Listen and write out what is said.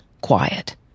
quiet